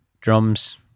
drums